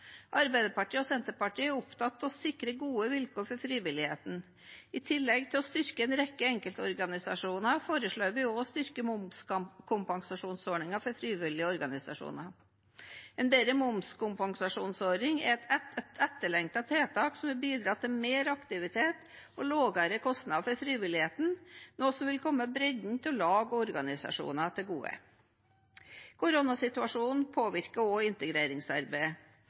Arbeiderpartiet og Senterpartiet er opptatt av å sikre gode vilkår for frivilligheten. I tillegg til å styrke en rekke enkeltorganisasjoner foreslår vi å styrke momskompensasjonsordningen for frivillige organisasjoner. En bedre momskompensasjonsordning er et etterlengtet tiltak som vil bidra til mer aktivitet og lavere kostnader for frivilligheten, noe som vil komme bredden av lag og organisasjoner til gode. Koronasituasjonen påvirker også integreringsarbeidet.